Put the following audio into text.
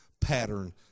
pattern